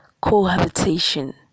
cohabitation